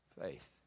faith